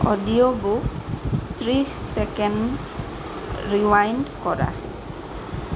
audio book ত্ৰিশ second rewind কৰা